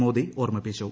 മോദി ഓർമിപ്പിച്ചു